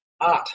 art